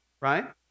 right